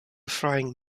frying